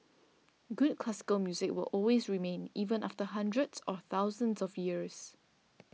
good classical music will always remain even after hundreds or thousands of years